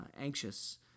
anxious